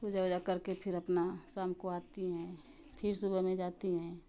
पूजा वूजा करके फिर अपना शाम को आती हैं फिर सुबह में जाती हैं